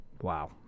Wow